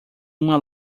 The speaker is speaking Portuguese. uma